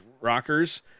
rockers